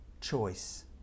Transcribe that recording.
choice